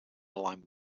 aligned